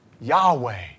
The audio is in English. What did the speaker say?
Yahweh